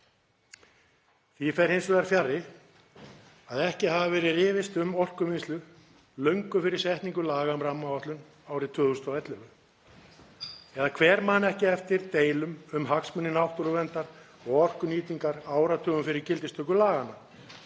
Því fer hins vegar fjarri að ekki hafi verið rifist um orkuvinnslu löngu fyrir setningu laga um rammaáætlun árið 2011, eða hver man ekki eftir deilum um hagsmuni náttúruverndar og orkunýtingar áratugum fyrir gildistöku laganna?